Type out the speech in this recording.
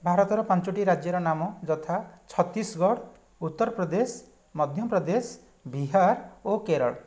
ଭାରତର ପାଞ୍ଚୋଟି ରାଜ୍ୟର ନାମ ଯଥା ଛତିଶଗଡ଼ ଉତ୍ତରପ୍ରଦେଶ ମଧ୍ୟପ୍ରଦେଶ ବିହାର ଓ କେରଳ